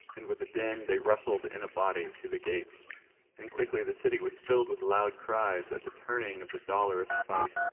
and with a din they rustled in a body to the gates and quickly the city was filled with loud cries at the turning of the dolorous fight.